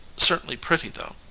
certainly pretty though.